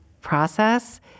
process